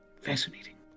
Fascinating